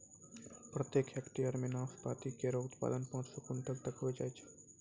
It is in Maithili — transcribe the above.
प्रत्येक हेक्टेयर म नाशपाती केरो उत्पादन पांच सौ क्विंटल तक होय जाय छै